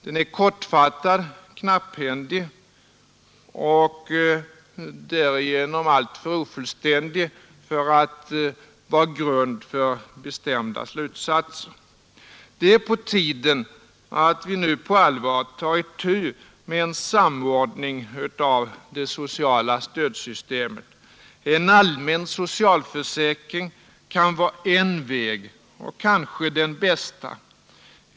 Men den är kortfattad, knapphändig och därigenom lite ofullständig som grund för bestämda slutsatser. Det är på tiden att vi nu på allvar tar itu med en samordning av de sociala stödsystemen. En allmän socialförsäkring kan vara en väg, och kanske den bästa.